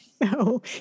No